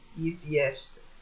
easiest